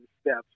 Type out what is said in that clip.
steps